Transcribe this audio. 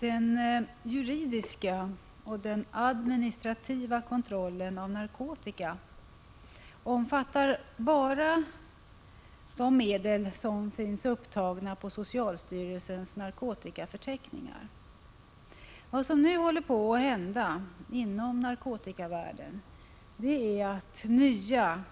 Herr talman! Den juridiska och den administrativa kontrollen av narkotika omfattar bara de medel som finns upptagna i socialstyrelsens narkotikaförteckningar. Vad som nu håller på att hända i narkotikavärlden är att nya,